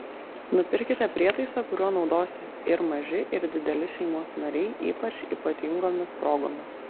nupirkite prietaisą kuriuo naudosis ir maži ir dideli šeimos nariai ypač ypatingomis progomis